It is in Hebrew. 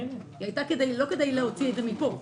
היא הייתה לא כדי להוציא את זה מפה.